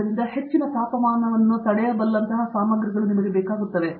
ಆದ್ದರಿಂದ ಹೆಚ್ಚಿನ ತಾಪಮಾನವನ್ನು ನಿಲ್ಲುವಂತಹ ಸಾಮಗ್ರಿಗಳು ನಿಮಗೆ ಬೇಕಾಗುತ್ತವೆ